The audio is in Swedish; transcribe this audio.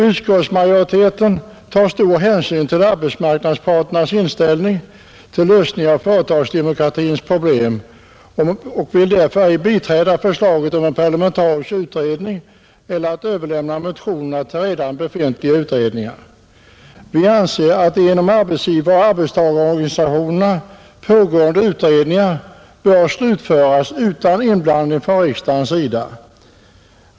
Utskottsmajoriteten tar stor hänsyn till arbetsmarknadsparternas inställning till lösning av företagsdemokratins problem och vill därför ej biträda förslaget om en parlamentarisk utredning eller att motionerna överlämnas till redan befintliga utredningar. Vi anser att de inom arbetsgivaroch arbetstagarorganisationerna pågående utredningarna bör slutföras utan inblandning från riksdagens sida.